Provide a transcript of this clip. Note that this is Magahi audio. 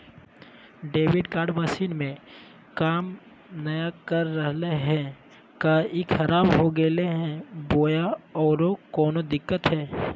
डेबिट कार्ड मसीन में काम नाय कर रहले है, का ई खराब हो गेलै है बोया औरों कोनो दिक्कत है?